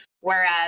Whereas